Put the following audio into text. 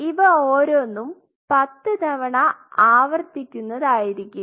ഇവ ഓരോന്നും 10 തവണ ആവർത്തിക്കുന്നത് ആയിരിക്കും